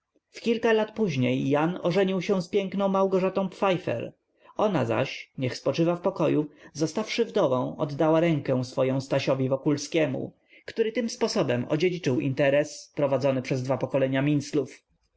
kilka lat później jan ożenił się z piękną małgorzatą pfeifer ona zaś niech spoczywa w spokoju zostawszy wdową oddała rękę swoję stasiowi wokulskiemu który tym sposobem odziedziczył interes prowadzony przez dwa pokolenia minclów